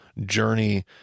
journey